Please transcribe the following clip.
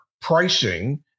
pricing